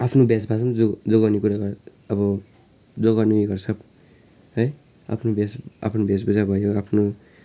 आफ्नो वेशभाषा जो जोगाउने कुरा अब जोगाउने उयो गर्छ है आफ्नो भेष आफ्नो वेशभूषा भयो आफ्नो